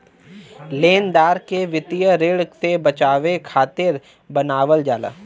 लेनदार के वित्तीय ऋण से बचावे खातिर बनावल जाला